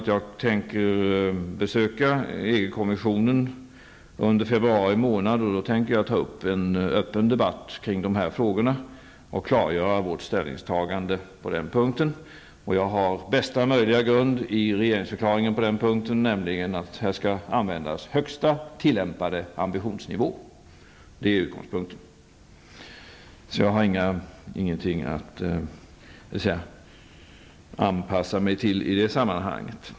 Jag tänker besöka EG-kommissionen under februari månad, och då avser jag att på denna punkt ta upp en öppen debatt och klargöra vårt ställningstagande. Jag har i det avseendet bästa möjliga grund att stå på från regeringsförklaringen, nämligen att högsta möjliga ambitionsnivå skall tillämpas. Jag behöver alltså inte på något sätt anpassa mig i det sammanhanget.